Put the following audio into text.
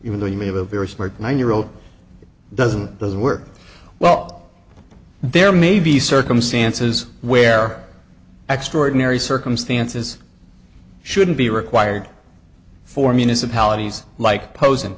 even though you may have a very smart nine year old it doesn't doesn't work well there may be circumstances where extraordinary circumstances shouldn't be required for municipalities like pos